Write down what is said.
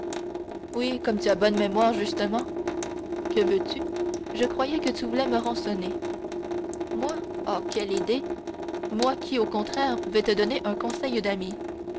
oui comme tu as bonne mémoire justement que veux-tu je croyais que tu voulais me rançonner moi oh quelle idée moi qui au contraire vais encore te donner un conseil d'ami